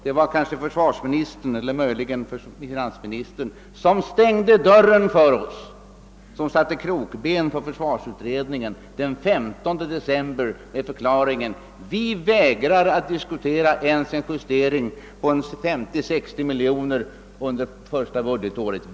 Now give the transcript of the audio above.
Det var kanske försvarsministern, eller möjligen finansministern, som stängde dörren för oss, som satte krokben för försvarsutredningen den 15 december i fjol med förklaringen: Vi vägrar att diskutera ens en justering på 50—560 miljoner kronor under det första budgetåret.